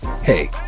Hey